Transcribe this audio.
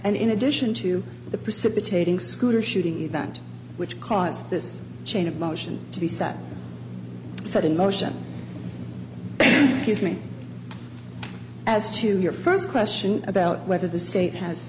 and in addition to the precipitating scooter shooting event which cause this chain of motion to be set set in motion as to your first question about whether the state has